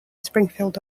springfield